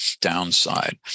downside